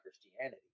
Christianity